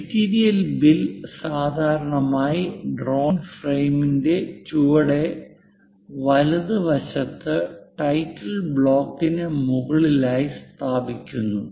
material bill സാധാരണയായി drawing ഫ്രെയിമിന്റെ ചുവടെ വലതുവശത്ത് ടൈറ്റിൽ ബ്ലോക്കിന് മുകളിലായി സ്ഥാപിക്കുന്നു